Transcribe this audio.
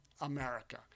America